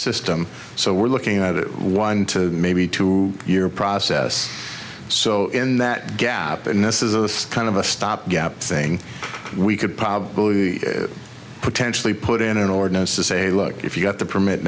system so we're looking at it one to maybe two year process so in that gap and this is a kind of a stopgap thing we could probably potentially put in an ordinance to say look if you got the permit